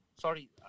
Sorry